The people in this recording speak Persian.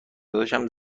داداشم